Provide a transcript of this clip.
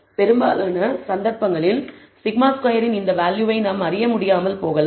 பெரும்பாலான சந்தர்ப்பங்களில் σ2 இன் இந்த வேல்யூவை நாம் அறிய முடியாமல் போகலாம்